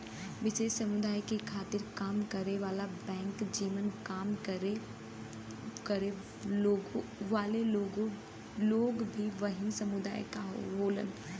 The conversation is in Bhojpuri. विशेष समुदाय के खातिर काम करे वाला बैंक जेमन काम करे वाले लोग भी वही समुदाय क होलन